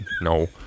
No